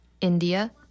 India